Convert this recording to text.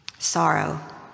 Sorrow